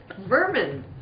vermin